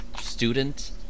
student